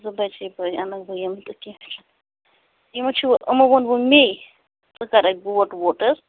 زٕ بَجے بجے اَنَکھ بہٕ یِم تہٕ کیٚنٛہہ چھُنہٕ یِمَن چھِ یِمو ووٚن ووٚن مے ژٕ کَر اَسہِ بوٹ ووٹ حظ